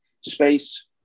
Space